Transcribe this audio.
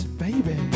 baby